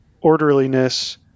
orderliness